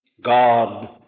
God